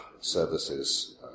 services